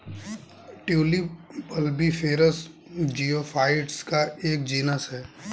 tulip bulbiferous geophytes का एक genus है